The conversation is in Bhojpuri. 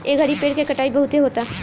ए घड़ी पेड़ के कटाई बहुते होता